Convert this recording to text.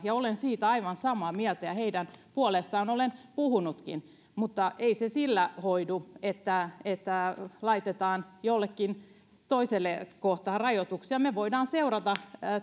ja olen siitä aivan samaa mieltä ja heidän puolestaan olen puhunutkin mutta ei se sillä hoidu että että laitetaan jollekin toiselle rajoituksia me voimme seurata